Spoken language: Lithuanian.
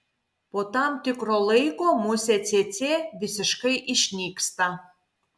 po tam tikro laiko musė cėcė visiškai išnyksta